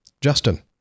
Justin